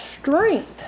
strength